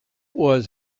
was